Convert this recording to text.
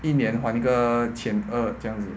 一年还一个千二这样子